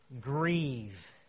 grieve